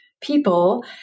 people